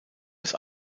des